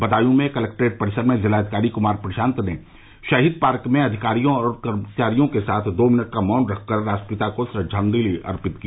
बदायूं में कलेक्ट्रेट परिसर में जिलाधिकारी कुमार प्रशांत ने शहीद पार्क में अधिकारियों और कर्मचारियों के साथ दो मिनट का मौन रख राष्ट्रपिता को श्रद्वाजलि अर्पित की